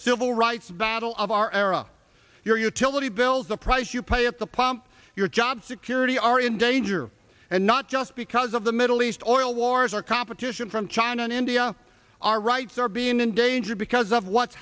civil rights battle of our era your utility bills the price you pay at the pump your job security are in danger and not just because of the middle east oil wars or competition from china and india our rights are being endangered because of what's